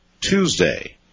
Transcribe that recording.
Tuesday